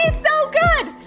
ah so good.